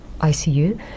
ICU